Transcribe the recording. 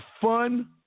fun